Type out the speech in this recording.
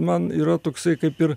man yra toksai kaip ir